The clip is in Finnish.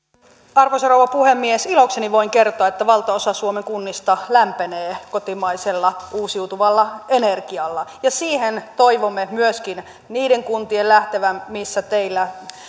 arvoisa rouva puhemies ilokseni voin kertoa että valtaosa suomen kunnista lämpenee kotimaisella uusiutuvalla energialla ja siihen toivomme myöskin niiden kuntien lähtevän missä teillä